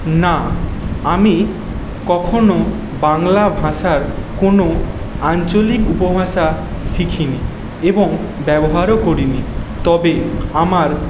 না আমি কখনও বাংলা ভাষার কোনো আঞ্চলিক উপভাষা শিখিনি এবং ব্যবহারও করিনি তবে আমার